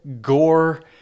gore